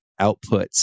outputs